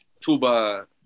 tuba